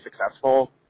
successful